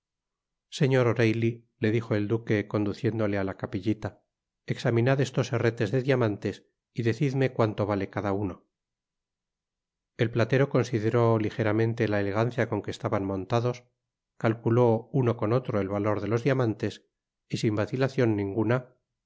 señor oreilly le dijo el duque conduciéndole á la capiuita examinad estos herretes de diamantes y decidme cuanto vale cada uno el platero consideró tigeramente la elegancia con que estaban montados calculó uno con otro el valor de los diamantes y sin vacilacion ninguna